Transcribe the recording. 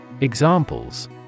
Examples